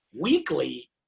weekly